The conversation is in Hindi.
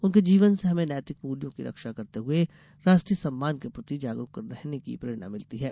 उनके जीवन से हमें नैतिक मूल्यों की रक्षा करते हुए राष्ट्रीय सम्मान के प्रति जागरूक रहने की प्रेरणा मिलती है